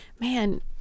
man